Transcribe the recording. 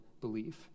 belief